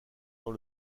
dans